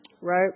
Right